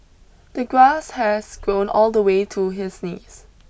the grass has grown all the way to his knees